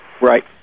Right